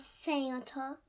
santa